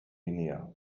guinea